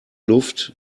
luft